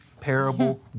parable